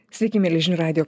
sveiki mieli žinių radijo